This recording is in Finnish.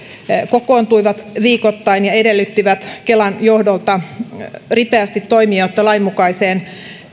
kokoontuivat viikoittain ja edellyttivät kelan johdolta ripeästi toimia jotta lainmukaiseen